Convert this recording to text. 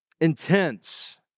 intense